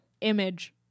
image